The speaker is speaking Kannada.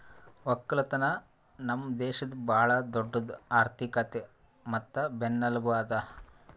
ಒಕ್ಕಲತನ ನಮ್ ದೇಶದ್ ಭಾಳ ದೊಡ್ಡುದ್ ಆರ್ಥಿಕತೆ ಮತ್ತ ಬೆನ್ನೆಲುಬು ಅದಾ